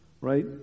Right